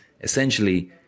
essentially